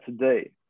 today